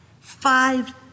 five